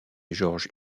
george